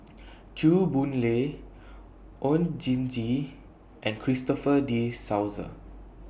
Chew Boon Lay Oon Jin Gee and Christopher De Souza